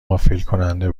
غافلگیرکننده